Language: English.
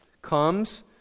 comes